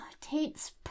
Tate's